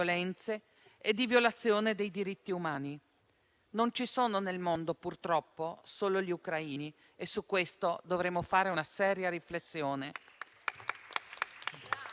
violenze e di violazione dei diritti umani». Non ci sono nel mondo purtroppo solo gli ucraini e su questo dovremo fare una seria riflessione.